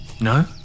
No